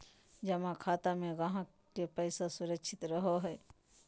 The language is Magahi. जमा खाते में ग्राहक के पैसा सुरक्षित रहो हइ